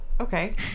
okay